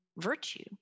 virtue